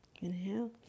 Inhale